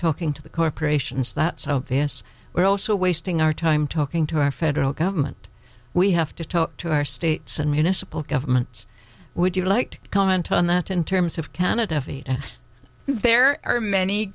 talking to the corporations that so we're also wasting our time talking to our federal government we have to talk to our states and municipal governments would you like to comment on that in terms of canada feet and there are many